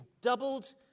doubled